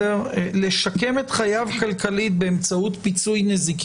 לשקם את חייו כלכלית באמצעות פיצוי נזיקי,